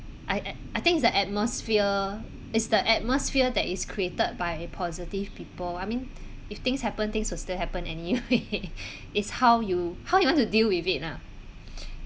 I I I think it's the atmosphere is the atmosphere that is created by positive people I mean if things happen things will still happen anyway is how you how you want to deal with it ah